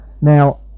Now